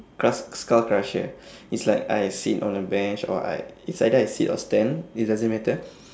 cause skull crusher is like I sit on a bench or I it's either I sit or stand it doesn't matter